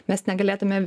mes negalėtumėm